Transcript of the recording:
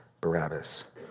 Barabbas